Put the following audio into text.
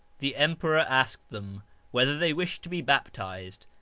the emperor asked them whether they wished to be baptised,